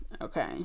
Okay